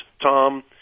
Tom